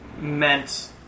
meant